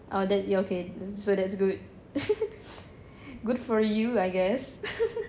oh then okay so that's good good for you I guess